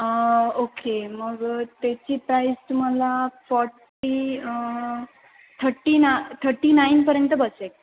okay मग त्याची price तुम्हाला फॉर्टी थर्टी ना थर्टी नाईनपर्यंत बसेल